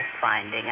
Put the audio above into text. finding